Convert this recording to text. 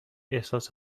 احساس